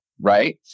Right